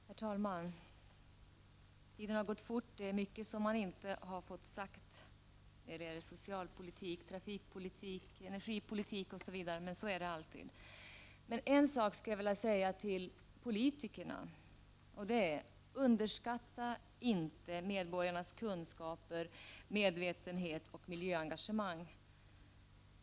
Herr talman! Tiden har gått fort, och det är mycket som jag inte har fått säga när det gäller socialpolitik, trafikpolitik, energipolitik, osv. Men så är det alltid. Jag skulle emellertid vilja säga en sak till politikerna. Underskatta inte medborgarnas kunskaper, medvetenhet och miljöengagemang.